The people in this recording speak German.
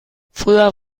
früher